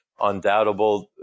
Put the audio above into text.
undoubtable